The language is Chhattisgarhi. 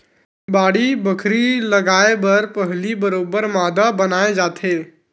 बाड़ी बखरी लगाय बर पहिली बरोबर मांदा बनाए जाथे